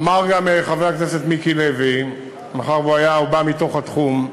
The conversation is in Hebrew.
אמר גם חבר הכנסת מיקי לוי, מאחר שהוא בא מהתחום,